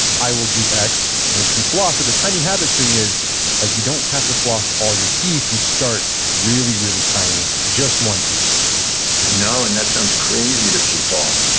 i will do x. it could be floss. but the tiny habits thing is like you don't have to floss all your teeth. you start really, really tiny, just one tooth i know, and that sounds crazy to people.